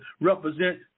represent